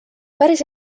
päris